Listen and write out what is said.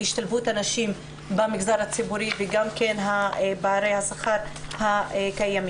השתלבות נשים במגזר הציבורי וגם פערי השכר הקיימים.